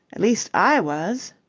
at least i was.